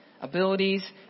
abilities